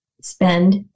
spend